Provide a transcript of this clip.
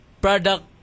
product